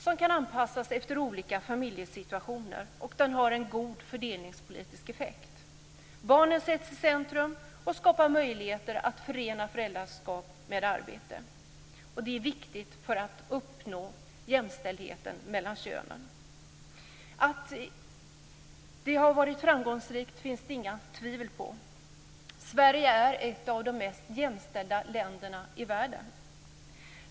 Den kan anpassas till olika familjesituationer och har en god fördelningspolitisk effekt. Barnen sätts i centrum och vi skapar möjligheter att förena föräldraskap med arbete. Det är viktigt för att uppnå jämställdhet mellan könen. Att detta varit framgångsrikt finns det inga tvivel om. Sverige är ett av de mest jämställda länderna i världen.